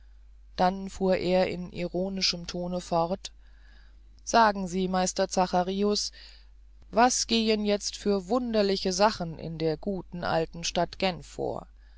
dann fuhr er in ironischem tone fort sagen sie meister zacharins was gehen jetzt für wunderliche sachen in der guten alten stadt genf vor